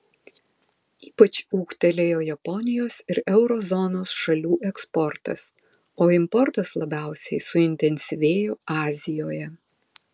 ypač ūgtelėjo japonijos ir euro zonos šalių eksportas o importas labiausiai suintensyvėjo azijoje